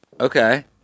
okay